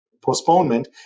postponement